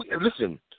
Listen